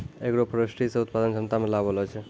agroforestry से उत्पादन क्षमता मे लाभ होलो छै